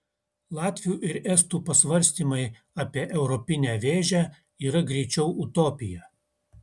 latvių ir estų pasvarstymai apie europinę vėžę yra greičiau utopija